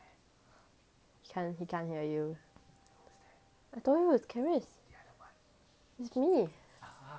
he can't he can't hear you I told you is Charisse it's me